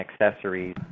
accessories